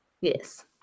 Yes